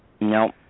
No